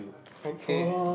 okay